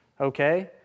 Okay